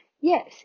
Yes